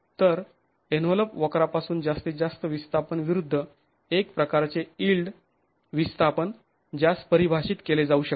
तर एन्व्हलप वक्रापासून जास्तीत जास्त विस्थापन विरुद्ध एक प्रकारचे यिल्ड विस्थापन ज्यास परिभाषित केले जाऊ शकते